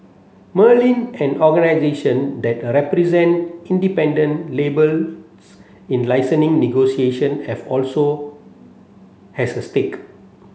Merlin an organisation that a represent independent labels in negotiation have also has a stake